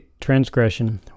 transgression